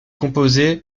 composée